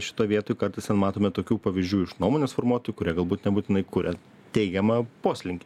šitoj vietoj kartais ten matome tokių pavyzdžių iš nuomonės formuotojų kurie galbūt nebūtinai kuria teigiamą poslinkį